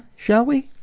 shall we?